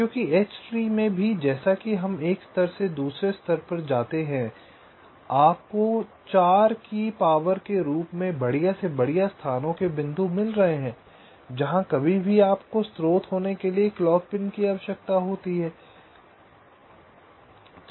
क्योंकि H tree में भी जैसा कि हम एक स्तर से दूसरे स्तर पर चलते हैं आपको 4 की शक्ति के रूप में बढ़िया से बढ़िया स्थानों के बिंदु मिल रहे हैं जहां कभी भी आपको स्त्रोत होने के लिए क्लॉक पिन की आवश्यकता होती है